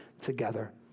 together